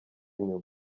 inyuma